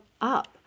up